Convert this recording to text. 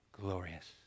glorious